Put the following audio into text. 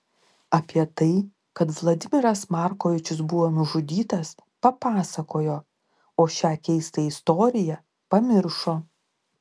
apie tai kad vladimiras markovičius buvo nužudytas papasakojo o šią keistą istoriją pamiršo